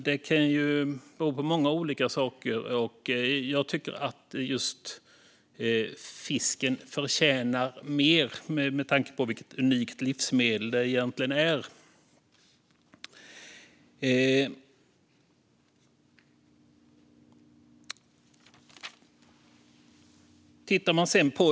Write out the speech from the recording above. Det kan bero på många olika saker, och jag tycker att fisk förtjänar mer uppmärksamhet med tanke på vilket unikt livsmedel det är.